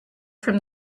from